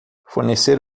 fornecer